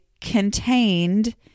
contained